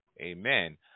amen